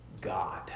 God